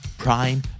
prime